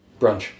Brunch